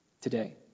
today